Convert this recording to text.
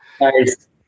nice